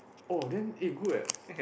oh then eh good eh